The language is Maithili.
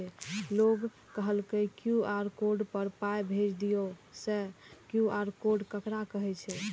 लोग कहलक क्यू.आर कोड पर पाय भेज दियौ से क्यू.आर कोड ककरा कहै छै?